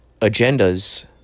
agendas